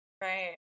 Right